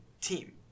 team